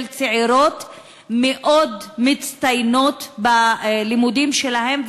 של צעירות מאוד מצטיינות בלימודים שלהן,